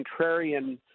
contrarian